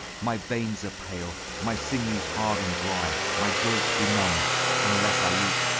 my veins are pale my sinews hard and dry my joints benumb'd unless i eat,